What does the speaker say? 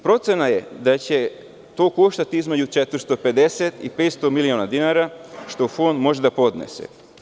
Procena je da će to koštati između 450 i 500 miliona dinara što Fond može da podnese.